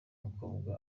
mukobwa